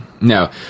no